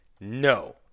No